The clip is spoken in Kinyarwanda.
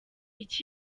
iki